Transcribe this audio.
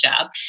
job